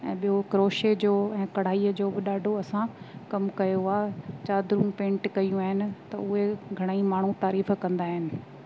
ऐं ॿियों क्रोशे जो ऐं कढ़ाईअ जो बि ॾाढो असां कमु कयो आहे चादरूनि पेंट कयूं आहिनि त उहे घणाई माण्हू तारीफ़ कंदा आहिनि